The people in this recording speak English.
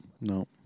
No